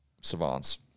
Savants